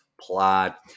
plot